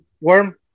Worm